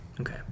Okay